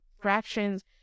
fractions